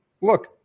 look